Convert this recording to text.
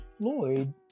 Floyd